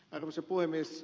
arvoisa puhemies